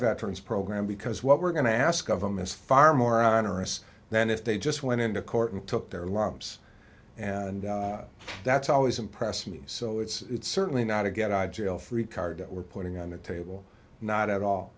veterans program because what we're going to ask of them is far more honor us than if they just went into court and took their lumps and that's always impressed me so it's certainly not a get out of jail free card that we're putting on the table not at all